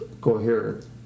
coherent